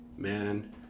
Man